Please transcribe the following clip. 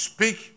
Speak